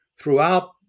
throughout